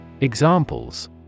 Examples